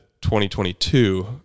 2022